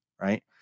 right